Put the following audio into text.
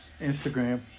instagram